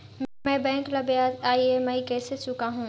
मैं बैंक ला ब्याज ई.एम.आई कइसे चुकाहू?